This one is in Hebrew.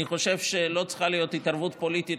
אני חושב שלא צריכה להיות התערבות פוליטית